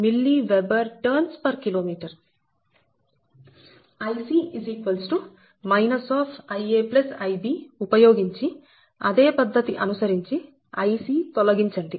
Ic Ia Ib ఉపయోగించి అదే పద్ధతి అనుసరించి Ic తొలగించండి